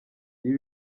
ibi